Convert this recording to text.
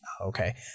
Okay